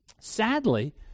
sadly